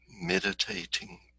meditating